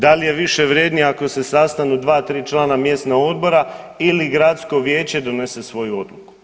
Da li je više vrijednije ako se sastanu 2, 3 člana mjesnog odbora ili gradsko vijeće donese svoju odluku?